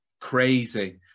crazy